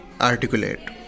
articulate